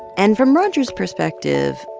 and from roger's perspective,